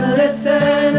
listen